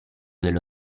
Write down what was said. dello